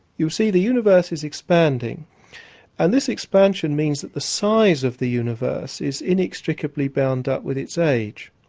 you see the universe is expanding and this expansion means that the size of the universe is inextricably bound up with its age.